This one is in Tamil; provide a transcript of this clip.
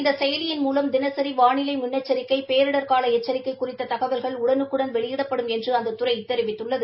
இந்த செயலியின் மூலம் தினசி வானிலை முன்னெச்சிக்கை பேரிடர் கால எச்சிக்கை குறித்த தகவல்கள் உடனுக்குடன் வெளியிடப்படும் என்று அந்த துறை தெரிவித்துள்ளது